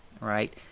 Right